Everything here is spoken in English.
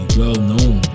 well-known